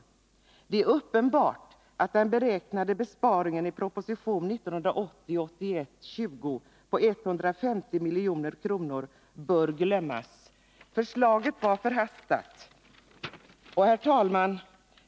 Det är uppenbart att den i proposition 1980/81:20 beräknade besparingen på 150 milj.kr. bör glömmas. Förslaget var förhastat. Herr talman!